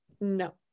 No